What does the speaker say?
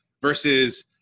Versus